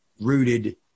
rooted